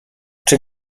czy